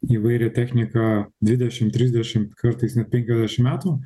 įvairią techniką dvidešim trisdešim kartais net penkiasdešim metų